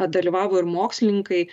dalyvavo ir mokslininkai